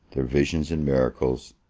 their visions and miracles,